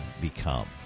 become